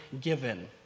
given